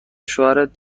شوهرت